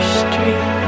street